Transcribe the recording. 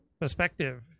perspective